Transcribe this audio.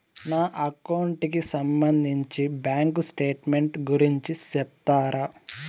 నా అకౌంట్ కి సంబంధించి బ్యాంకు స్టేట్మెంట్ గురించి సెప్తారా